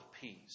peace